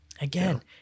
Again